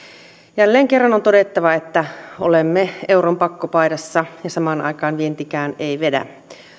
jälleen kerran on todettava että olemme euron pakkopaidassa ja samaan aikaan vientikään ei vedä